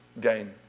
gain